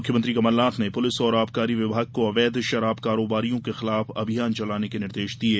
मुख्यमंत्री कमलनाथ ने पुलिस और आबकारी विभाग को अवैध शराब कारोबारियों के खिलाफ अभियान चलाने के निर्देश दिये